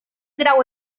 grau